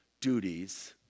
duties